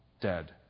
dead